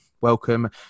welcome